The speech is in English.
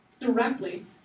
directly